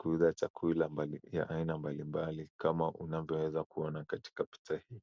kuuza chakula ya aina mbalimbali kama unavyo weza kuona katika picha hii.